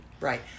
right